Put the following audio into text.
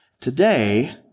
Today